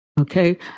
Okay